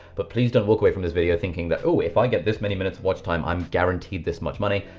but please don't walk away from this video thinking that oh, if i get this many minutes of watch time, i'm guaranteed this much money.